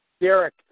Derek